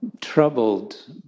troubled